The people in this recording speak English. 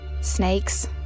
Snakes